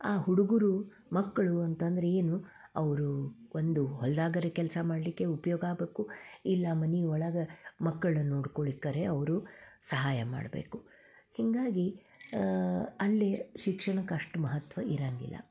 ಆ ಹುಡುಗರು ಮಕ್ಕಳು ಅಂತಂದರೆ ಏನು ಅವರು ಒಂದು ಹೊಲ್ದಾಗರೆ ಕೆಲಸ ಮಾಡಲ್ಲಿಕ್ಕೆ ಉಪಯೋಗ ಆಗಬೇಕು ಇಲ್ಲ ಮನೆ ಒಳಗ ಮಕ್ಕಳನ್ನ ನೋಡ್ಕೊಳಿಕರೆ ಅವರು ಸಹಾಯ ಮಾಡಬೇಕು ಹೀಗಾಗಿ ಅಲ್ಲಿ ಶಿಕ್ಷಣಕ್ಕೆ ಅಷ್ಟು ಮಹತ್ವ ಇರಂಗಿಲ್ಲ